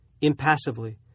Impassively